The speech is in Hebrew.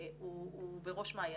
הוא בראש מעייננו.